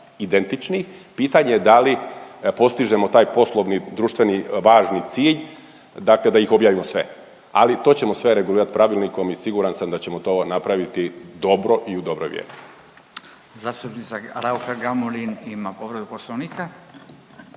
identičnih. Pitanje da li postižemo taj poslovni društveni važni cilj, dakle da ih objavimo sve. Ali to ćemo sve regulirat pravilnikom i siguran sam da ćemo to napraviti dobro i u dobroj vjeri. **Radin, Furio (Nezavisni)** Zastupnika Raukar-Gamulin ima povredu Poslovnika.